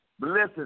Listen